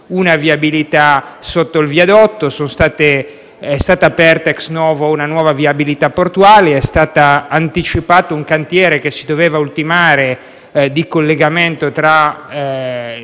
una viabilità sotto il viadotto, è stata aperta ex novo una viabilità portuale, è stato anticipato un cantiere di collegamento tra